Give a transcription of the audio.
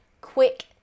quick